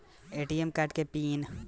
ATM card के PIN कैसे set करम?